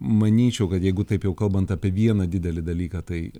manyčiau kad jeigu taip jau kalbant apie vieną didelį dalyką tai